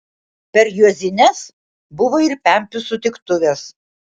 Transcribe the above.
per juozines buvo ir pempių sutiktuvės